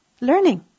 learning